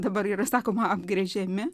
dabar yra sakoma apgręžiami